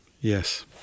Yes